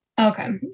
Okay